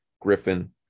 Griffin